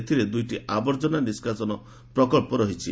ଏଥିରେ ଦୁଇଟି ଆବର୍ଜନା ନିଷ୍କାସନ ପ୍ରକଳ୍ପ ରହିଛି